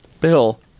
Bill